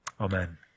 Amen